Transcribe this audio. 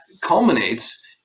culminates